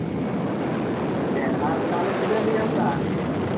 ᱦᱮᱸ ᱟᱨ ᱛᱟᱞᱦᱮ ᱛᱤᱱᱟᱹᱜ ᱮᱢ ᱧᱟᱢ ᱮᱫᱟ